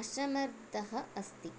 असमर्थः अस्ति